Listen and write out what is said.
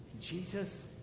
Jesus